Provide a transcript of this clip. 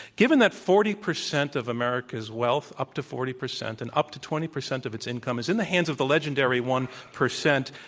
given that forty percent of america's wealth, up to forty percent, and up to twenty percent of its income is in the hands of the legendary one percent,